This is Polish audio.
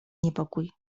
niepokój